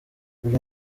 buri